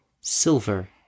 silver